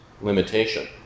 limitation